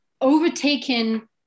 overtaken